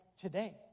today